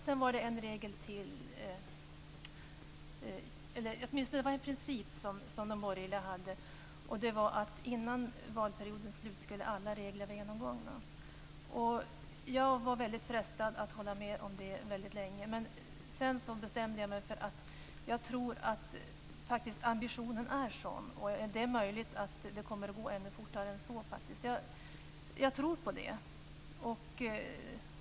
Sedan ville de borgerliga införa en princip om att alla regler skulle vara genomgångna innan valperiodens slut. Jag var väldigt frestad att ställa mig bakom det. Men sedan bestämde jag mig för att inte göra det. Jag tror att ambitionen är sådan, och det är möjligt att det kommer att gå ännu fortare än så.